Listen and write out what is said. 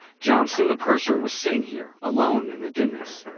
johnson the purser was sitting here alone in the dimness.